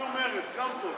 שיצביעו מרצ, גם טוב.